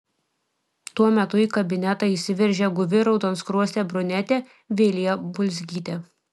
tuo metu į kabinetą įsiveržė guvi raudonskruostė brunetė vilija bulzgytė